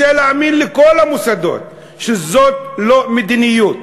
רוצה להאמין לכל המוסדות שזו לא מדיניות,